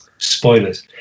spoilers